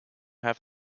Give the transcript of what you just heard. have